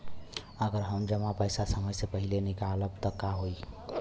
अगर हम जमा पैसा समय से पहिले निकालब त का होई?